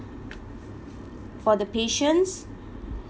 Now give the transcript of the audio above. for the patients